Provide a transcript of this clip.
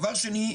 שנית,